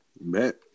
bet